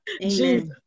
Jesus